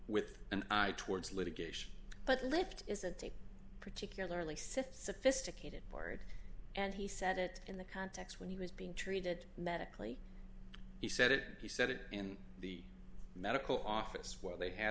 with an eye towards litigation but left is a take particularly sifts sophisticated bard and he said it in the context when he was being treated medically he said it he said it in the medical office where they had